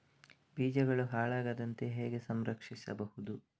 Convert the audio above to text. ಬೀಜಗಳು ಹಾಳಾಗದಂತೆ ಹೇಗೆ ಸಂರಕ್ಷಿಸಬಹುದು?